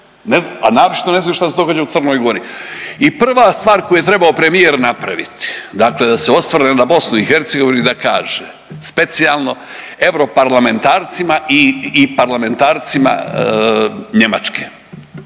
a naročito ne znaju šta se događa u Crnoj Gori. I prva stvar koju je trebao premijer napraviti, dakle da se osvrne na BiH i da kaže specijalno europarlamentarcima i parlamentarcima Njemačke.